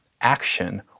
action